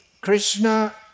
Krishna